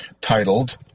titled